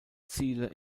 ziele